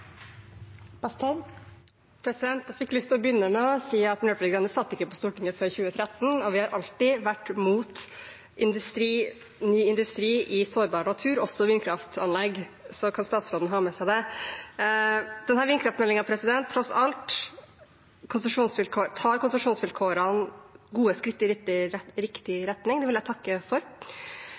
Jeg fikk lyst til å begynne med å si at Miljøpartiet De Grønne ikke satt på Stortinget før 2013, og vi har alltid vært mot ny industri i sårbar natur, også vindkraftanlegg. Så da kan statsråden ta med seg det. Denne vindkraftmeldingen tar tross alt konsesjonsvilkårene gode skritt i riktig retning. Det vil jeg takke for.